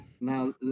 Now